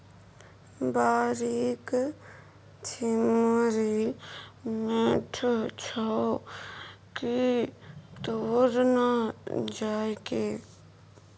बाड़ीक छिम्मड़ि मीठ छौ की तोड़ न जायके